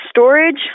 Storage